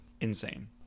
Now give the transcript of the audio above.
insane